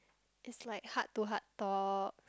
it's like heart to heart talk